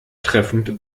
treffend